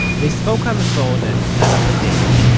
they spoke on the phone, and set up a date,